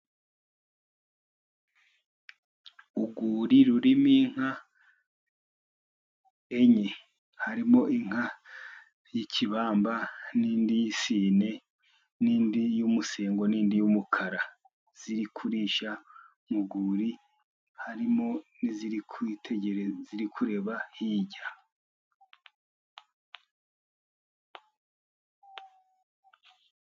Urwuri rurimo inka enye harimo inka y'ikibamba n'indi y'isine n'indi y'umusengo n'indi y'umukara ziri kurisha. Mu rwuri harimo n'iziri kureba hirya.